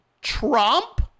Trump